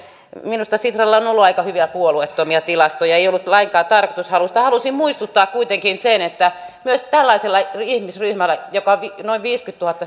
minusta sitralla on on ollut aika hyviä puolueettomia tilastoja ei ollut lainkaan tarkoitus halusin muistuttaa kuitenkin että myös tällaisella ihmisryhmällä joka noin